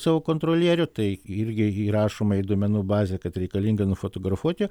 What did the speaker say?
savo kontrolierių tai irgi įrašoma į duomenų bazę kad reikalinga nufotografuoti